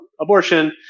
abortion